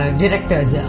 directors